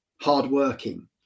hardworking